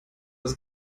das